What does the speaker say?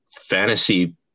fantasy